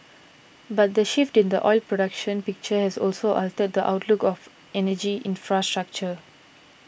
but the shift in the oil production picture has also altered the outlook of energy infrastructure